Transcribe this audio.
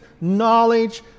knowledge